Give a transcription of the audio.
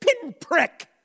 pinprick